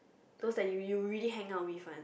those that you you really hang out with one